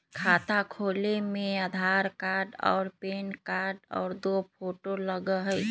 खाता खोले में आधार कार्ड और पेन कार्ड और दो फोटो लगहई?